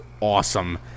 awesome